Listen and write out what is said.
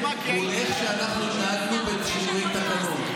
מול איך שאנחנו התנהגנו בשינויי תקנון.